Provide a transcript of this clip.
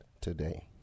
today